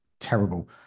terrible